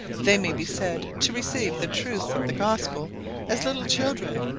they may be said to receive the truths of the gospel as little children,